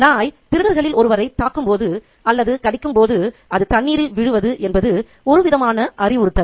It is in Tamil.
நாய் திருடர்களில் ஒருவரைத் தாக்கும்போது அல்லது கடிக்கும்போது அது தண்ணீரில் விழுவது என்பது ஒருவிதமான அறிவுறுத்தல்